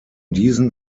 diesen